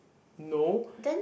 no